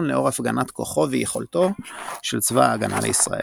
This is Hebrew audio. לאור הפגנת כוחו ויכולתו של צבא ההגנה לישראל.